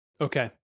Okay